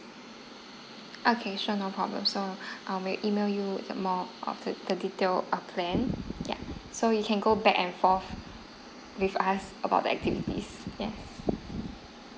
okay sure no problem so I will email you more the detail of plan yup so you can go back and forth with us about the activities yeah